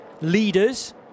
leaders